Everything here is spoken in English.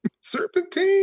serpentine